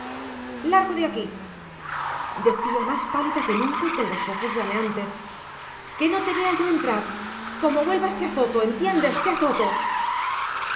largo de aquí decía más pálida que nunca y con los ojos llameantes que no te vea yo entrar como vuelvas te azoto entiendes te azoto